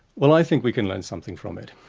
well i think we can learn something from it.